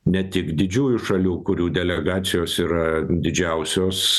ne tik didžiųjų šalių kurių delegacijos yra didžiausios